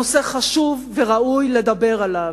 נושא חשוב וראוי לדבר עליו,